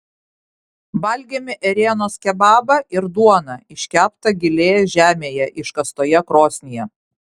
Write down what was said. valgėme ėrienos kebabą ir duoną iškeptą giliai žemėje iškastoje krosnyje